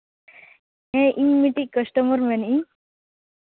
ᱦᱮᱸ ᱤᱧ ᱢᱤᱫᱴᱮᱱ ᱠᱟᱥᱴᱚᱢᱟᱨ ᱢᱮᱱᱤᱫᱟᱹᱧ